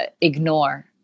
ignore